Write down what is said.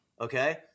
Okay